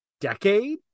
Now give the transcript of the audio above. decade